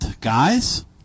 guys